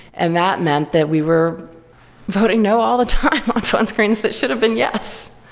and that meant that we were voting no all the time on phone screens that should have been yes.